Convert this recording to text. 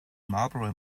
marlboro